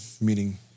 meaning